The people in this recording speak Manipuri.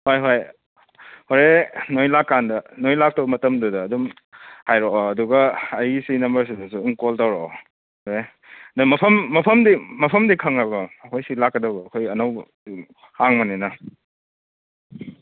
ꯍꯣꯏꯍꯣꯏ ꯍꯣꯔꯦꯟ ꯅꯣꯏ ꯂꯥꯛꯀꯥꯟꯗ ꯅꯣꯏ ꯂꯥꯛꯇꯧꯕ ꯃꯇꯝꯗꯨꯗ ꯑꯗꯨꯝ ꯍꯥꯏꯔꯛꯑꯣ ꯑꯗꯨꯒ ꯑꯩꯒꯤꯁꯤ ꯅꯝꯕꯔꯁꯤꯗꯁꯨ ꯑꯗꯨꯝ ꯀꯣꯜ ꯇꯧꯔꯛꯑꯣ ꯅꯣꯏ ꯑꯗꯣ ꯃꯐꯝ ꯃꯐꯝꯗꯤ ꯃꯐꯝꯗꯤ ꯈꯪꯉꯕ ꯑꯩꯈꯣꯏ ꯁꯤ ꯂꯥꯛꯀꯗꯧꯕ ꯑꯩꯈꯣꯏ ꯑꯅꯧꯕ ꯍꯥꯡꯕꯅꯤꯅ